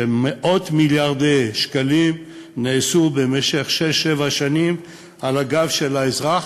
מאות מיליארדי שקלים נעשו במשך שש-שבע שנים על הגב של האזרח,